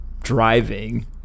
driving